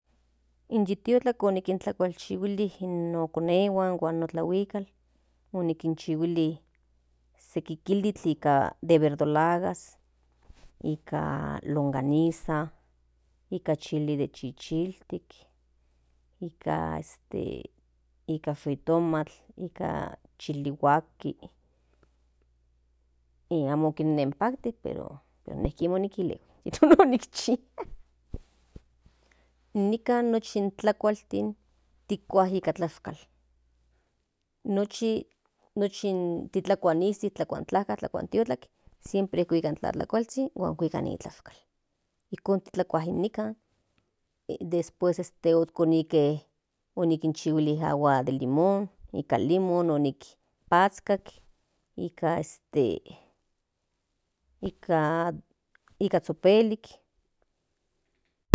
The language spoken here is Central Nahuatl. In yititlak okinchihuili no konehuan huan no tlahuikal onikinchihuili seki kilitl nika de verdulaga nika longaniza nika chili de chichilzhin nika jitomatl nik chili huastli amo kienma kinpakti pero ine kiema nikilehui pues onikchi nikan nochi in tlakual tikua nika lashkal noshtin tikua izi tikua tlajka tlakua tiokatl siempre kuika in tlatlakualzhin huan kuika ni tlashkal ijkon titlakua ijnikan después ojkonijke onikinchihuili agua de limon nikan limon onizpacskal nika atk nika zhopelik.